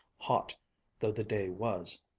hot though the day was.